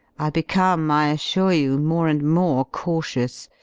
i become, i assure you, more and more cautious,